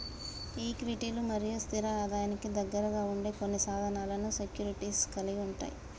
ఈక్విటీలు మరియు స్థిర ఆదాయానికి దగ్గరగా ఉండే కొన్ని సాధనాలను సెక్యూరిటీస్ కలిగి ఉంటయ్